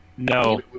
no